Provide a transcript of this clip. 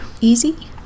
easy